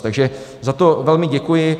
Takže za to velmi děkuji.